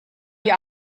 die